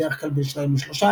בדרך כלל בין שניים לשלושה,